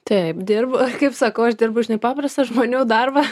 taip dirbu kaip sakau aš dirbu žinai paprastą žmonių darbą